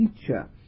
teacher